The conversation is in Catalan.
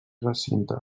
recinte